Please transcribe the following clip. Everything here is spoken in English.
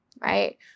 right